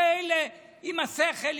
זה אלה עם השכל,